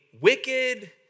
wicked